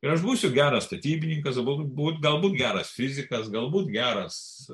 ir aš būsiu geras statybininkas galbūt galbūt geras fizikas galbūt geras